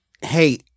Hey